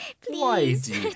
Please